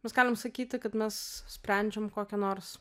mes galim sakyti kad mes sprendžiam kokią nors